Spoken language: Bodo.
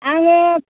आङो